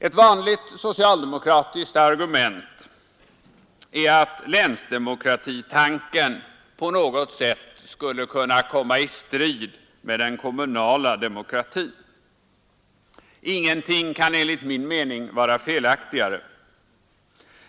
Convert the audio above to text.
Ett vanligt socialdemokratiskt argument är att länsdemokratitanken på något sätt skulle kunna komma i strid med den kommunala demokratin. Ingenting kan enligt min mening vara felaktigare.